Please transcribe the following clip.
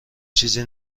چیزی